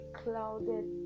clouded